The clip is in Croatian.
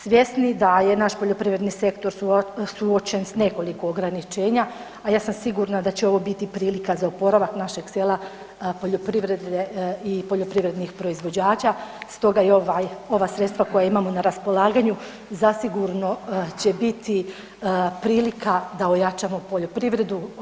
Svjesni da je naš poljoprivredni sektor suočen s nekoliko ograničenja, a ja sam sigurna da će ovo biti prilika za oporavak našeg sela, poljoprivredne i poljoprivrednih proizvođača, stoga i ovaj, ova sredstva koja imamo na raspolaganju, zasigurno će biti prilika da ojačamo poljoprivredu.